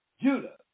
Judah